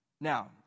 Now